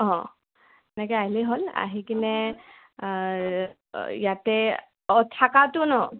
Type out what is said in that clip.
অঁ এনেকৈ আহিলেই হ'ল আহি কিনে ইয়াতে অঁ থকাটো নহ্